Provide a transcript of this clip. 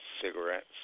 cigarettes